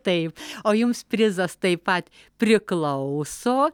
taip o jums prizas taip pat priklauso